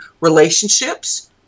relationships